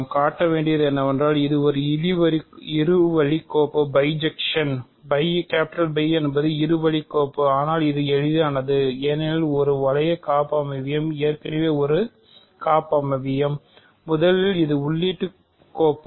நாம் காட்ட வேண்டியது என்னவென்றால் இது இருவழிக்கோப்பு